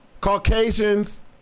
Caucasians